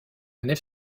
nef